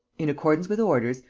in accordance with orders,